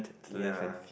ya